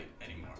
anymore